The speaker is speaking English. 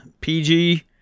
PG